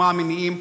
מה המניעים.